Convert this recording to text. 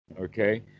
okay